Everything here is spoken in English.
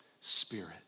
spirit